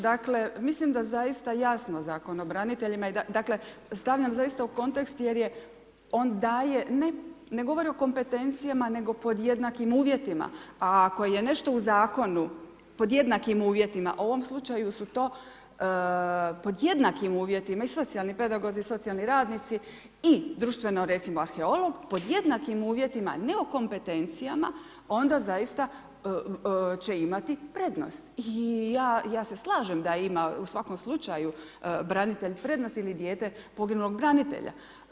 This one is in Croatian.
Dakle, mislim da zaista jasno Zakon o braniteljima, dakle, stavljam zaista u kontekst jer je on daje, ne govori o kompetencijama nego pod jednakim uvjetima, a ako je nešto u Zakonu pod jednakim uvjetima, u ovom slučaju su to pod jednakim uvjetima i socijalni pedagozi i socijalni radnici i društveno recimo arheolog, pod jednakim uvjetima ne o kompetencijama onda zaista će imati prednost, i ja se slažem da ima u svakom slučaju branitelj prednost ili dijete poginulog branitelja.